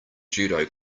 judo